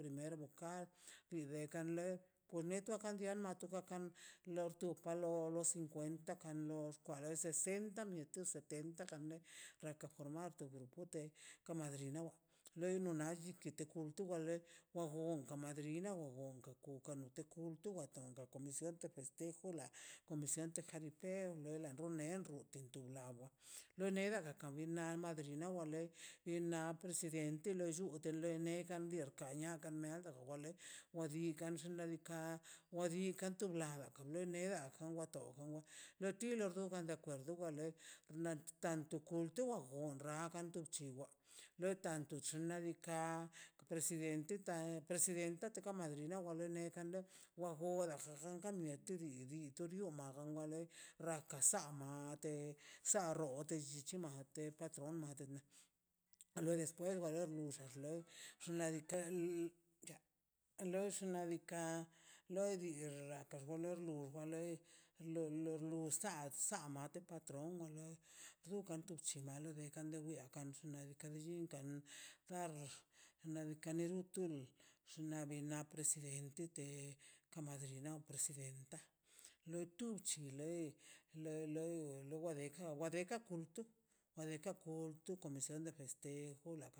Primer vocal tu palo lo cincuenta kalox para sesenta niete setenta kale raka formar to grupo de kanun despues de la bac̱hetan kara mallordomomia per loi an loi siempre kara ka to rronto kax xnaꞌ diikaꞌ y esta mate patron santo tomas per loi le toka patron santo tomás wa le bru la mallordomia beti para wa garrat laka san le llit laka san la beof nadikaꞌ ne rraka sa beo ofici ne funjio neda na da diciembre lodi xka na lo di tu walter an kumple ganio santo tomas tuba tale tanto dena jano de la mar run kan xe jun danie ne diciembre lerlia ka mallordomo wan ka lei chuga chuga lo blleta gan xua lo xnaꞌ diikaꞌ lo depues wale xnaꞌ diikaꞌ lur lo loi tub chi lei loi loi kade wakan ka de kulto kadeka kulto comision de festejo